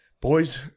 Boys